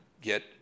get